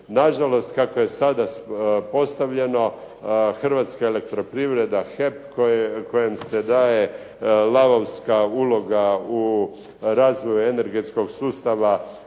Nažalost, kako je sada postavljeno "Hrvatska elektroprivreda – HEP" kojem se daje lavovska uloga u razvoju energetskog sustava